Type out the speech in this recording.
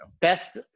best